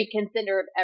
reconsider